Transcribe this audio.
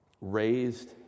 raised